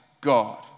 God